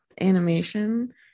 animation